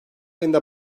ayında